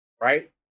right